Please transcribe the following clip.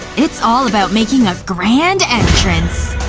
it's all about making a grand entrance.